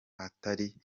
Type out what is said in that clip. atari